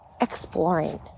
exploring